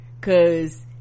cause